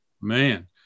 Man